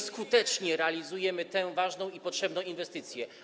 Skuteczniej realizujemy tę ważną i potrzebną inwestycję.